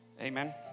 Amen